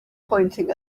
pointing